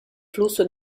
flusso